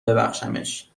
ببخشمش